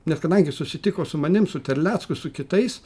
nes kadangi susitiko su manim su terlecku su kitais